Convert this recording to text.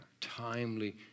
Timely